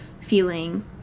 feeling